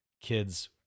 kids